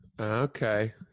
okay